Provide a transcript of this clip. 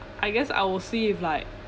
I guess I will see if like